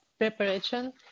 Preparation